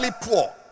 poor